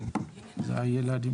יש לו שני ילדים